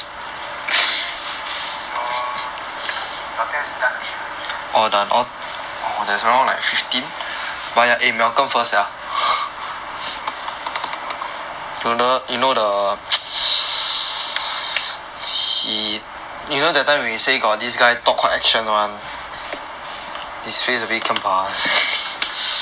then your your test done already or who is malcom